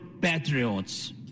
patriots